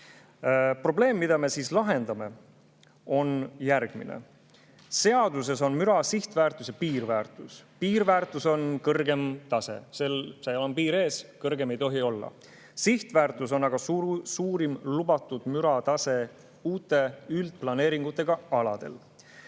Probleem, mida me lahendame, on järgmine. Seaduses on müra sihtväärtus ja piirväärtus. Piirväärtus on kõrgeim tase. Seal on piir ees, kõrgem ei tohi olla. Sihtväärtus on aga suurim lubatud müratase uute üldplaneeringutega aladel.